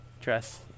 dress